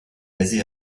basée